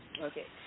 Okay